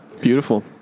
Beautiful